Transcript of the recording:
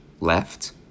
Left